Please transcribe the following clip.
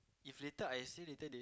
if later I say later they